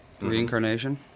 Reincarnation